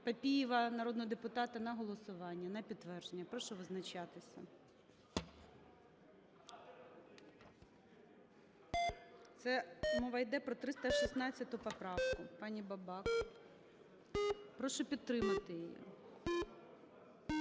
Папієва народного депутата на голосування на підтвердження. Прошу визначатися. Це мова йде про 316 поправку пані Бабак. Прошу підтримати її.